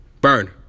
Burn